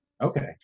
Okay